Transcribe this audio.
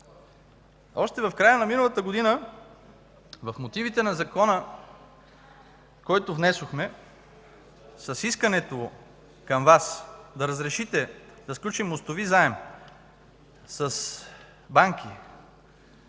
още в края на миналата година. Още тогава в мотивите на закона, който внесохме, с искането към Вас да разрешите да сключим мостови заем с банки,